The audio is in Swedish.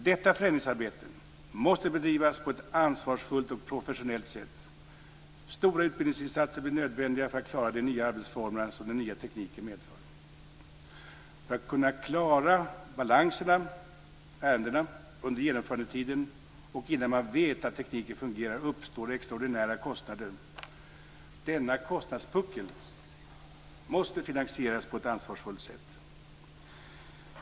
Detta förändringsarbete måste bedrivas på ett ansvarsfullt och professionellt sätt. Stora utbildningsinsatser blir nödvändiga för att klara de nya arbetsformer som den nya tekniken medför. För att kunna klara balanserna och ärendena under genomförandetiden och innan man vet att tekniken fungerar uppstår extraordinära kostnader. Denna kostnadspuckel måste finansieras på ett ansvarsfullt sätt.